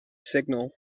signal